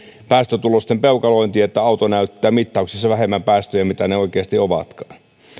päästötulosten peukalointiin niin että auto näyttää mittauksessa vähemmän päästöjä kuin mitä ne oikeasti ovatkaan